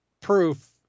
proof